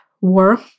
war